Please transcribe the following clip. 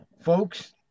folks